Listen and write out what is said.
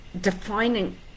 defining